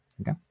Okay